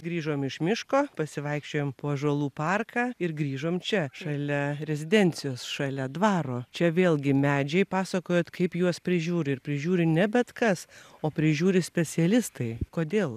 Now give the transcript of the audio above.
grįžom iš miško pasivaikščiojom po ąžuolų parką ir grįžom čia šalia rezidencijos šalia dvaro čia vėlgi medžiai pasakojot kaip juos prižiūri prižiūri ne bet kas o prižiūri specialistai kodėl